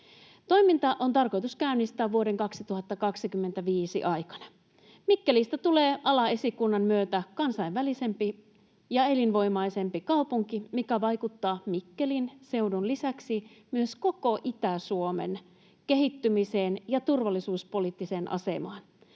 Toiminta on tarkoitus käynnistää vuoden 2025 aikana. Mikkelistä tulee alaesikunnan myötä kansainvälisempi ja elinvoimaisempi kaupunki, mikä vaikuttaa Mikkelin seudun lisäksi myös koko Itä-Suomen kehittymiseen ja turvallisuuspoliittiseen asemaan.